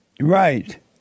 Right